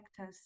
vectors